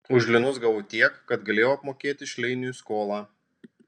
už linus gavau tiek kad galėjau apmokėti šleiniui skolą